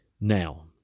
Now